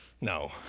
No